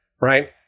right